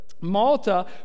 Malta